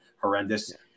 horrendous